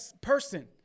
person